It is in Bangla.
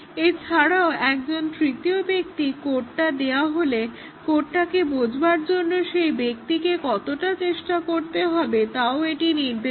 এছাড়াও একজন তৃতীয় ব্যক্তিকে কোডটা দেওয়া হলে কোডটাকে বোঝবার জন্য সেই ব্যক্তিকে কতটা চেষ্টা করতে হবে তাও এটি নির্দেশ করে